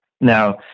Now